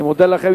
אני מודה לכם.